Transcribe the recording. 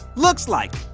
looks like.